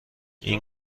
این